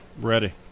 Ready